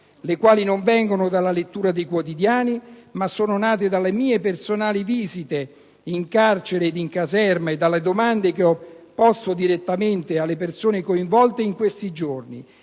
che non vengono dalla lettura dei quotidiani, ma sono nate dalle mie personali visite in carcere e nelle caserme e dai quesiti che ho potuto rivolgere direttamente alle persone coinvolte in questi giorni.